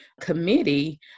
committee